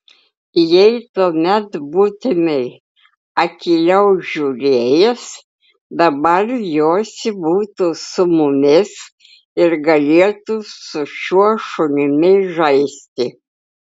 jei tuomet būtumei akyliau žiūrėjęs dabar josi būtų su mumis ir galėtų su šiuo šunimi žaisti